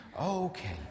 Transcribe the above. Okay